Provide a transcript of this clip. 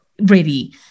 ready